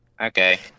Okay